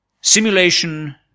Simulation